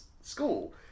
school